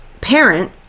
parent